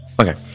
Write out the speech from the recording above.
Okay